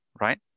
right